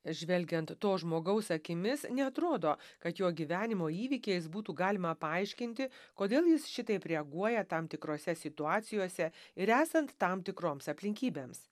žvelgiant to žmogaus akimis neatrodo kad jo gyvenimo įvykiais būtų galima paaiškinti kodėl jis šitaip reaguoja tam tikrose situacijose ir esant tam tikroms aplinkybėms